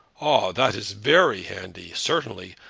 ah that is very handy, certainly.